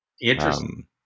Interesting